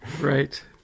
Right